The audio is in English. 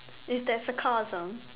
is that sarcasm